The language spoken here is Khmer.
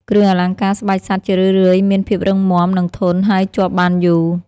គ្រឿងអលង្ការស្បែកសត្វជារឿយៗមានភាពរឹងមាំ និងធន់ ហើយជាប់បានយូរ។